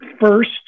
first